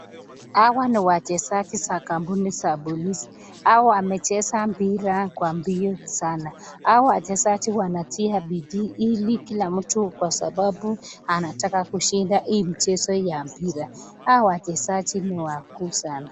Hawa ni wachezaji za kampuni za polisi. Hawa wamecheza mpira kwa mbio sana. Hawa wachezaji wanatia bidii ili kila mtu kwa sababau anataka kushinda hii mchezo ya mpira. Hawa wachezaji ni wakuu sana.